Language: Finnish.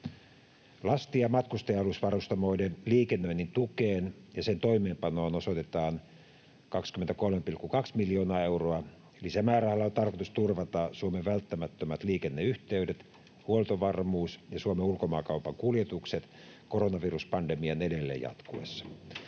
Lasti- ja matkustaja-alusvarustamoiden liikennöinnin tukeen ja sen toimeenpanoon osoitetaan 23,2 miljoonaa euroa. Lisämäärärahalla on tarkoitus turvata Suomen välttämättömät liikenneyhteydet, huoltovarmuus ja Suomen ulkomaankaupan kuljetukset koronaviruspandemian edelleen jatkuessa.